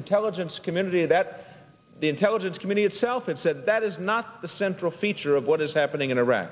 intelligence community that the intelligence committee itself and said that is not the central feature of what is happening in iraq